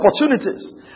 opportunities